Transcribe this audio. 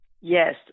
Yes